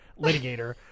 litigator